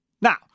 Now